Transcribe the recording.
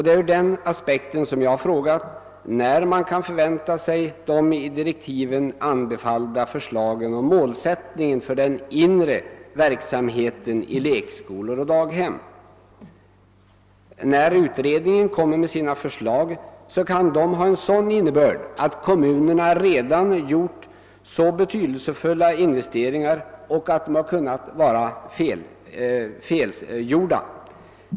Det är ur den aspekten jag har frågat när man kan förvänta sig de i direktiven anbefallna förslagen om målsättningen för den När barnstugeutredningen lägger fram sina förslag kan de ha sådan innebörd att betydelsefulla investeringar som kommunerna redan gjort visar sig vara felinvesteringar.